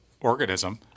organism